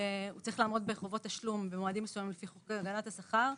לעמוד בחובות תשלום במועדים מסוימים לפי חוק הגנת השכר,